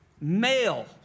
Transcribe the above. Male